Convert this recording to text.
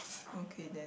okay then